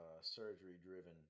surgery-driven